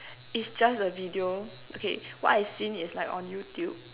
it's just a video okay what I've seen is like on YouTube